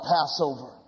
Passover